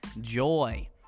joy